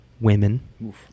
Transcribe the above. women